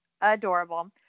adorable